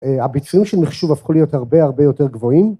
‫הביצועים של מחשוב הפכו להיות ‫הרבה הרבה יותר גבוהים.